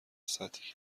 سطحی